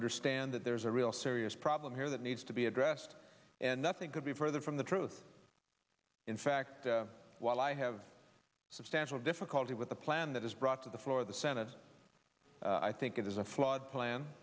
understand that there's a real serious problem here that needs to be addressed and nothing could be further from the truth in fact while i have substantial difficulty with the plan that is brought to the floor of the senate i think it is a flawed plan